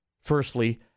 Firstly